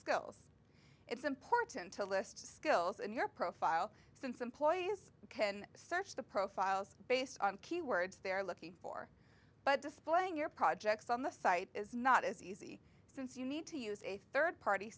skills it's important to list skills in your profile since employees can search the profiles based on keywords they're looking for but displaying your projects on the site is not as easy since you need to use a third party